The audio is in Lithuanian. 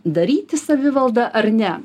daryti savivaldą ar ne